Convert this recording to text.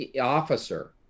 officer